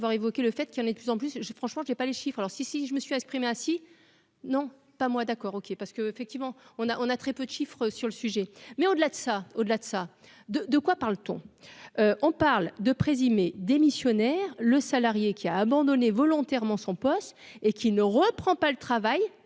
évoqué le fait qu'il en est de plus en plus j'ai franchement j'ai pas les chiffres, alors si, si, je me suis exprimé ainsi non pas moi, d'accord, OK, parce que, effectivement, on a, on a très peu de chiffres sur le sujet. Mais au-delà de ça, au-delà de ça, de de quoi parle-t-on, on parle de présumé démissionnaire, le salarié qui a abandonné volontairement son poste et qu'qui ne reprend pas le travail,